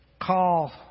call